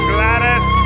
Gladys